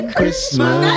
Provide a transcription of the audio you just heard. Christmas